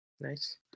Nice